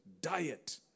diet